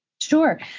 Sure